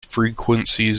frequencies